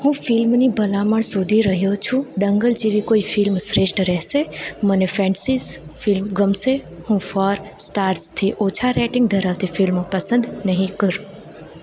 હું ફિલ્મની ભલામણ શોધી રહ્યો છું દંગલ જેવી કોઈ ફિલ્મ શ્રેષ્ઠ રહેશે મને ફેન્ટસિસ ફિલ્મ ગમશે હું ફોર સ્ટાર્સથી ઓછાં રેટિંગ ધરાવતી ફિલ્મો પસંદ નહીં કરું